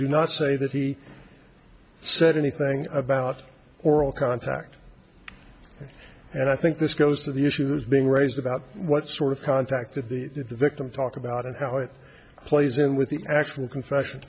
do not say that he said anything about oral contact and i think this goes to the issues being raised about what sort of contact that the victim talk about and how it plays in with the actual confession